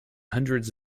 hundreds